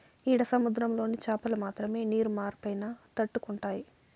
ఈడ సముద్రంలోని చాపలు మాత్రమే నీరు మార్పైనా తట్టుకుంటాయి